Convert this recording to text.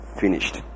finished